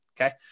Okay